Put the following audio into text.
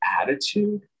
attitude